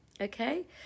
Okay